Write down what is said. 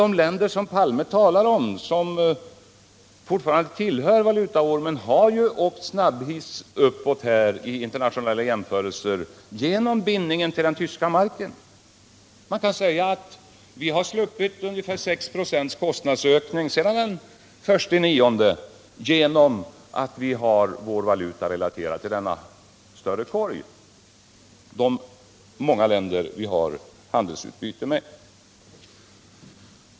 De länder som Olof Palme talar om, som fortfarande tillhör valutaormen, har ju åkt snabbhiss uppåt i internationella jämförelser genom bindning till den tyska marken. Man kan säga att vi sluppit ungefär 6 96 kostnadsökning sedan den 1 september genom att vi sedan dess har vår valuta relaterad till den större korgen, de många länder som vi har handelsutbyte med.